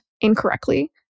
incorrectly